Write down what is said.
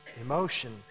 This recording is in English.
emotion